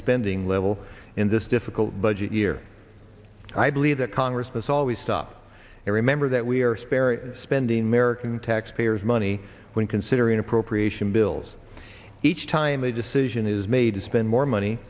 spending level in this difficult budget year i believe that congress has always stop and remember that we are sparing spending merican taxpayers money when considering appropriation bills each time a decision is made to spend more money